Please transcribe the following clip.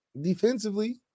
defensively